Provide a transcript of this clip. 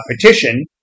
petition